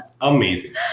Amazing